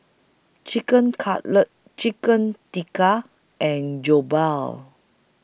Chicken Cutlet Chicken Tikka and Jokbal